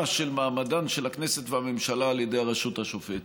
של מעמדן של הכנסת והממשלה על ידי הרשות השופטת.